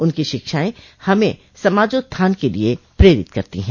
उनकी शिक्षाये हमें समार्जोत्थान के लिए प्रेरित करती हैं